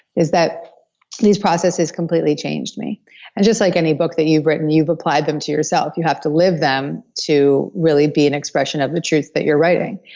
is that these processes completely changed me. and just like any book that you've written, you've applied them to yourself, you have to live them to really be an expression of the truth that you're writing.